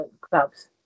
clubs